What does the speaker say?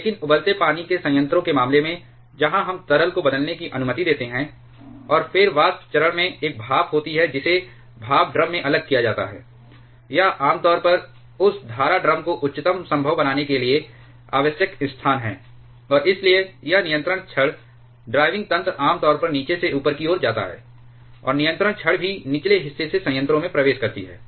लेकिन उबलते पानी के संयंत्रों के मामले में जहां हम तरल को बदलने की अनुमति देते हैं और फिर वाष्प चरण में एक भाप होती है जिसे भाप ड्रम में अलग किया जाता है यह आम तौर पर उस धारा ड्रम को उच्चतम संभव बनाने के लिए आवश्यक स्थान है और इसलिए यह नियंत्रण क्षण ड्राइविंग तंत्र आमतौर पर नीचे से ऊपर की ओर होता है और नियंत्रण छड़ भी निचले हिस्से से संयंत्रों में प्रवेश करती है